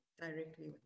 directly